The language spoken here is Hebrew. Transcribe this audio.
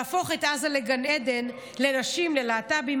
להפוך את עזה לגן עדן לנשים וללהט"בים